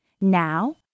Now